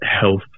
health